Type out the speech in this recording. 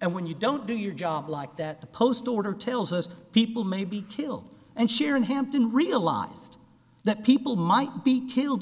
and when you don't do your job like that the post order tells us people may be killed and sharon hampton realized that people might be killed